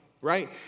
right